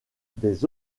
des